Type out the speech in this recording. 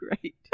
great